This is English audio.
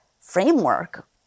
framework